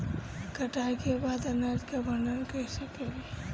कटाई के बाद अनाज का भंडारण कईसे करीं?